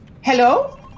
Hello